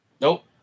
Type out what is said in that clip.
Nope